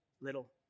little